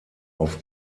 auf